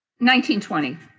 1920